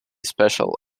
special